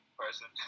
person